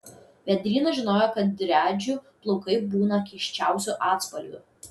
vėdrynas žinojo kad driadžių plaukai būna keisčiausių atspalvių